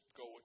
go